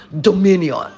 dominion